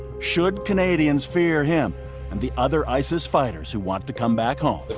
should canadians fear him and the other isis fighters who want to come back home?